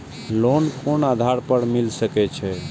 Loan कोन आधार पर मिल सके छे?